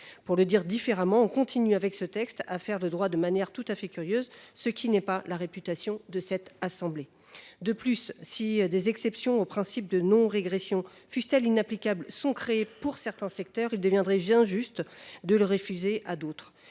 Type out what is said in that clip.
Pour le dire différemment, on continue avec ce texte d’écrire le droit d’une manière tout à fait curieuse, contrairement à ce qui fait la réputation de notre assemblée. De plus, si des exceptions au principe de non régression, fussent elles applicables, sont créées pour certains secteurs, il deviendrait injuste de les refuser à d’autres.